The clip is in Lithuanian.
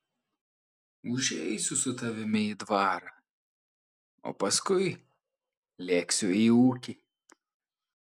užeisiu su tavimi į dvarą o paskui lėksiu į ūkį